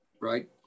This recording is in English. Right